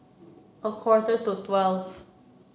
a quarter to twelve